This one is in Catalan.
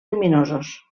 lluminosos